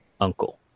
uncle